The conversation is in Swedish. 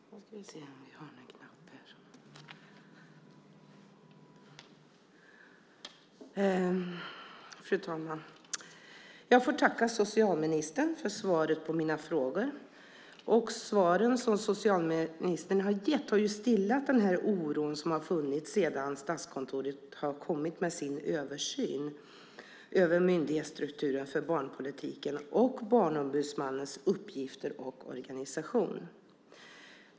Fru talman! Jag får tacka socialministern för svaret på mina frågor. Svaren som socialministern har gett har ju stillat den oro som har funnits sedan Statskontoret kom med sin översyn av myndighetsstrukturen för barnpolitiken och Barnombudsmannens uppgifter och organisation.